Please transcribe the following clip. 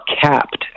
capped